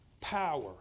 Power